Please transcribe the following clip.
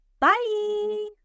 Bye